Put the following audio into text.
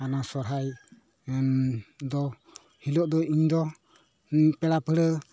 ᱚᱱᱟ ᱥᱚᱨᱦᱟᱭ ᱫᱚ ᱦᱤᱞᱳᱜ ᱫᱚ ᱤᱧ ᱫᱚ ᱯᱮᱲᱟ ᱯᱟᱹᱲᱦᱟᱹ